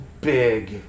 big